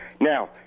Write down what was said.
Now